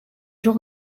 jour